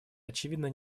очевидна